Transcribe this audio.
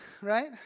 right